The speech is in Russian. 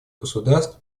государств